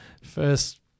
First